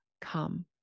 come